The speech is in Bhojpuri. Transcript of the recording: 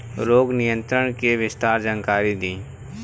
रोग नियंत्रण के विस्तार जानकारी दी?